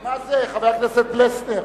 מה זה, חבר הכנסת פלסנר?